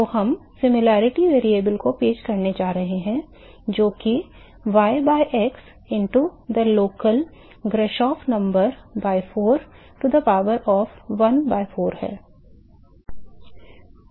तो हम समरूपता चर को पेश करने जा रहे हैं जो कि y by x into the local Grashof number by 4 to the power of 1 by 4 है